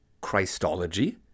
Christology